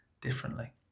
differently